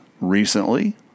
recently